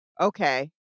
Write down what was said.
Okay